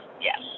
Yes